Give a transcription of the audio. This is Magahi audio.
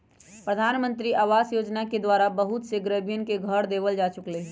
प्रधानमंत्री आवास योजना के द्वारा बहुत से गरीबन के घर देवल जा चुक लय है